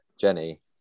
Jenny